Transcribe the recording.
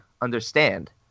understand